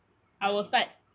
I will start